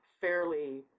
fairly